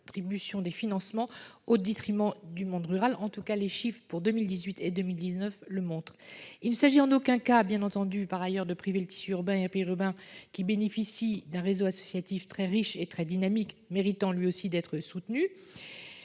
des financements au détriment du monde rural. En tout cas, les chiffres pour 2018 et 2019 le montrent. Il ne s'agit en aucun cas, bien entendu, de priver par ailleurs le tissu urbain et périurbain, qui bénéficie d'un réseau associatif très riche et très dynamique méritant lui aussi d'être soutenu.